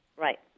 Right